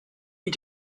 you